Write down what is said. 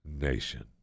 nation